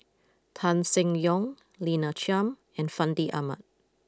Tan Seng Yong Lina Chiam and Fandi Ahmad